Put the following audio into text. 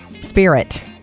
spirit